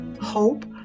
hope